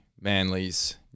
Manly's